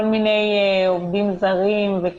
כל מיני עובדים זרים, וכו'.